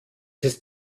ist